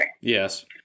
Yes